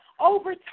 over